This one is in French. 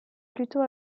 plutôt